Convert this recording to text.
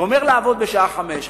גומר לעבוד בשעה 17:00,